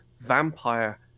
vampire